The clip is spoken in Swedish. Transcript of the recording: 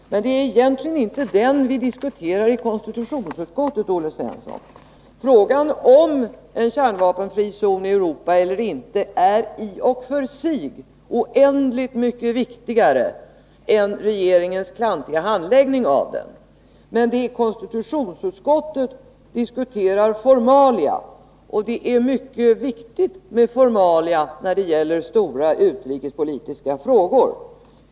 Men det är egentligen inte den frågan som vi diskuterar i konstitutionsutskottet, Olle Svensson. Frågan om en kärnvapenfri zon i Europa är i och för sig oändligt mycket viktigare än regeringens klantiga handläggning av den, men konstitutionsutskottet diskuterar formalia. Och det är mycket väsentligt med formalia när det gäller stora utrikespolitiska frågor.